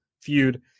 feud